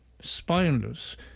spineless